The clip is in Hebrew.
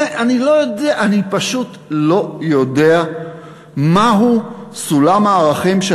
אני פשוט לא יודע מהו סולם הערכים של